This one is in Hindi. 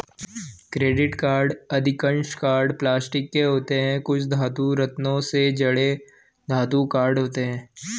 क्रेडिट कार्ड अधिकांश कार्ड प्लास्टिक के होते हैं, कुछ धातु, रत्नों से जड़े धातु कार्ड होते हैं